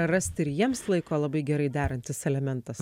rasti ir jiems laiko labai gerai derantis elementas